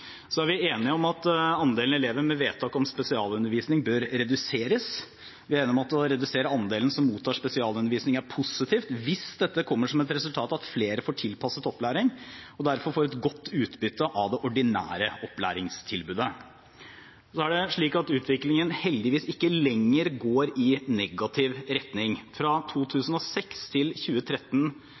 Så er vi enige om at andelen elever med vedtak om spesialundervisning bør reduseres. Vi er enige om at det å redusere andelen som mottar spesialundervisning, er positivt hvis dette kommer som et resultat av at flere får tilpasset opplæring og derfor får et godt utbytte av det ordinære opplæringstilbudet. Så er det slik at utviklingen heldigvis ikke lenger går i negativ retning. Fra 2006 til